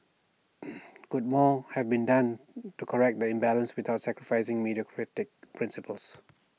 could more have been done to correct the imbalance without sacrificing meritocratic principles